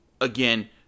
again